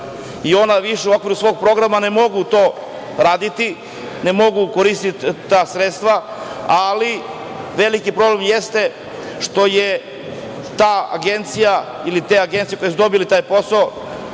i ona više u okviru svog programa ne mogu to raditi, ne mogu koristiti ta sredstva, ali veliki problem jeste što je ta agencija ili te agencije koje su dobile taj posao,